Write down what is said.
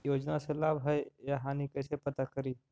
योजना से का लाभ है या हानि कैसे पता करी?